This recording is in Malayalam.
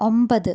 ഒമ്പത്